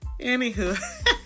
Anywho